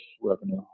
revenue